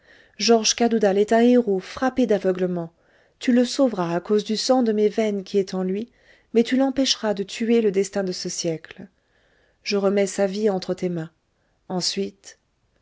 georges cadoudal est un héros frappé d'aveuglement tu le sauveras à cause du sang de mes veines qui est en lui mais tu l'empêcheras de tuer le destin de ce siècle je remets sa vie entre tes mains ensuite